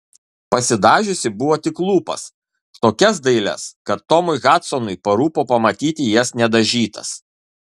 pasidažiusi buvo tik lūpas tokias dailias kad tomui hadsonui parūpo pamatyti jas nedažytas